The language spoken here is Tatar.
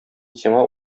сиңа